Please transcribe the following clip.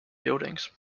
buildings